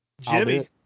Jimmy